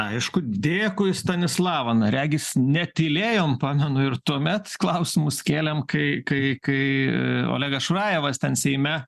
aišku dėkui stanislava na regis netylėjom pamenu ir tuomet klausimus kėlėm kai kai kai olegas šurajevas ten seime